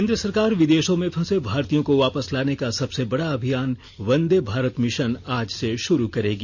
केंद्र सरकार विदेशों में फंसे भारतीयों को वापस लाने का सबसे बड़ा अभियान वन्दे भारत मिशन आज से शुरू करेगी